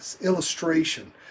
illustration